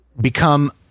become